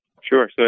Sure